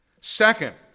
Second